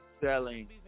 selling